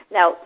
Now